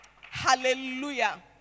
Hallelujah